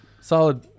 solid